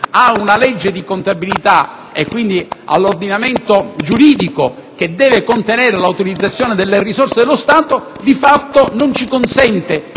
una legge di contabilità, quindi con l'ordinamento giuridico che deve contenere l'autorizzazione delle risorse dello Stato, di fatto, non ci consente